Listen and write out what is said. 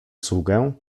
sługę